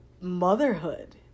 motherhood